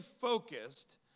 focused